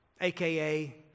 aka